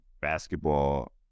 basketball